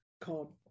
called